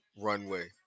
runway